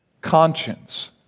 Conscience